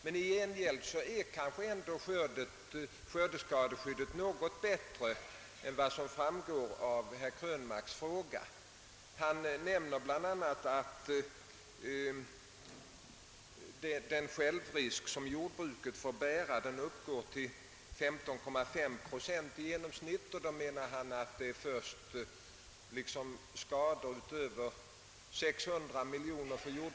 Men i gengäld är kanske skördeskadeskyddet något bätt re än vad som framgår av herr Krönmarks fråga. Han nämner bl.a. att jordbrukets självrisk uppgår till 15,5 procent i genomsnitt, och han menar ati jordbruket därför självt får bära skador för 600 miljoner kronor.